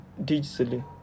digitally